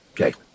Okay